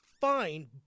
fine